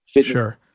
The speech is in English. Sure